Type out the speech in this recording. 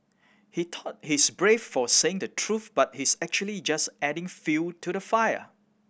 he thought he's brave for saying the truth but he's actually just adding fuel to the fire